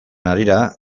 harira